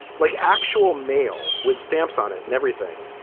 like actual mail with stamps on it and everything,